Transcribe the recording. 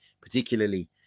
particularly